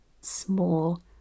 small